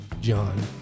John